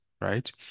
right